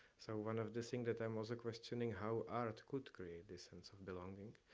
so one of the thing that i'm most questioning, how art could create this sense of belonging?